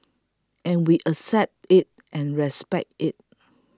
and we accept it and respect it